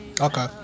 Okay